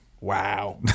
Wow